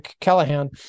callahan